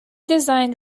designed